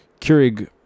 Keurig